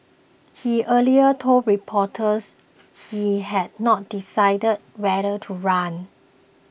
he earlier told reporters he had not decided whether to run